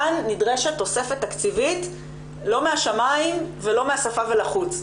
כאן נדרשת תוספת תקציבית לא מהשמיים ולא מהשפה ולחוץ,